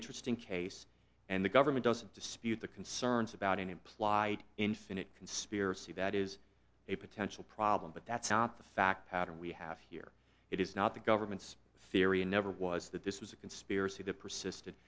interesting case and the government doesn't dispute the concerns about an implied infinite conspiracy that is a potential problem but that's not the fact and we have here it is not the government's theory and never was that this was a conspiracy that persiste